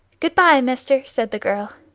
good-bye, mister said the girl.